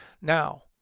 Now